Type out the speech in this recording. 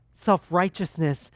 Self-righteousness